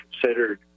considered